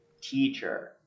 Teacher